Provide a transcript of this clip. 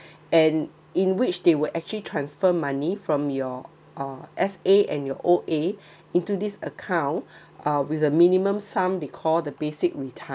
and in which they were actually transfer money from your uh S_A and your O_A into this account uh with the minimum sum they call the basic retirement